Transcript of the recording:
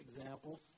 examples